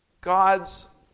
God's